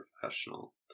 professional